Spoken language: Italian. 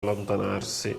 allontanarsi